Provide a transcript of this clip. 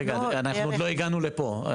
רגע אנחנו עוד לא הגענו לפה,